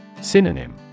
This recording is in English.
Synonym